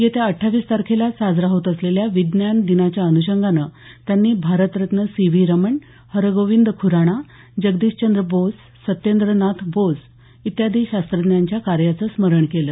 येत्या अठ्ठावीस तारखेला साजरा होत असलेल्या विज्ञान दिनाच्या अनुषंगानं त्यांनी भारतरत्न सी व्ही रमण हरगोविंद खुराना जगदीशचंद्र बोस सत्येंद्रनाथ बोस इत्यादी शास्त्रज्ञांच्या कार्याचं स्मरण केलं